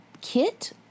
kit